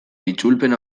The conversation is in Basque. itzulpen